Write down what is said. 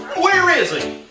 where is he?